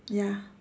ya